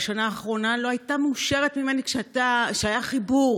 בשנה האחרונה לא הייתה אושרת ממני שהיה חיבור